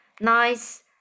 Nice